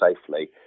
safely